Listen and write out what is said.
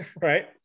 right